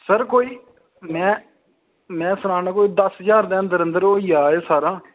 sir कोई में में सना ना कोई दस्स ज्हार दे अंदर अंदर होई जा एह् सारा